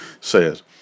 says